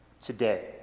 today